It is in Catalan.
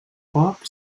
poc